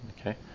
Okay